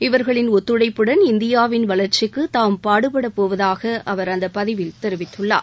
இவர்களின் ஒத்துழைப்புடன் இந்தியாவின் வளர்ச்சிக்கு தாம் பாடுபடப்போவதாக அவர் அந்த பதிவில் தெரிவித்துள்ளார்